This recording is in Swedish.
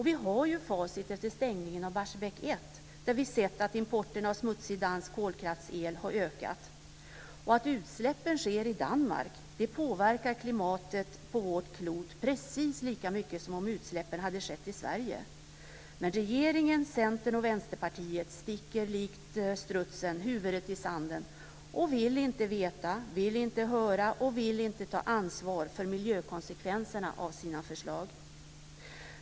Vi har ju facit efter stängningen av Barsebäck 1, där vi har sett att importen av smutsig dansk kolkraftsel har ökat. Att utsläppen sker i Danmark påverkar klimatet på vårt klot precis lika mycket som om utsläppen hade skett i Sverige. Men regeringen, Centern och Vänsterpartiet sticker likt strutsen huvudet i sanden och vill inte veta, vill inte höra och vill inte ta ansvar för miljökonsekvenserna av sina förslag.